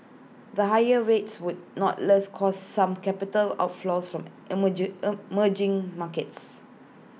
the higher rates would nonetheless cause some capital outflows from emerge emerging markets